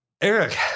Eric